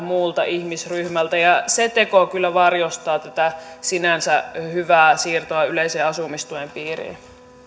muulta ihmisryhmältä ja se teko kyllä varjostaa tätä sinänsä hyvää siirtoa yleisen asumistuen piiriin